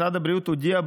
משרד הבריאות הודיע,